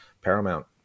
paramount